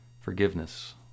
forgiveness